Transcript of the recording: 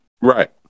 Right